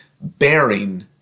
bearing